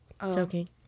joking